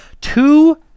Two